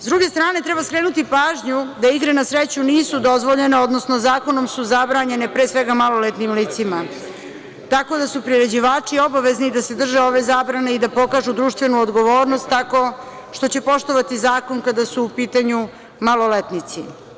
S druge strane, treba skrenuti pažnju da igre na sreću nisu dozvoljene, odnosno zakonom su zabranjene, pre svega maloletnim licima, tako da su priređivači obavezni da se drže ove zabrane i da pokažu društvenu odgovornost tako što će poštovati zakon kada su u pitanju maloletnici.